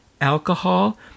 alcohol